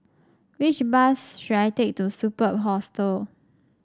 which bus should I take to Superb Hostel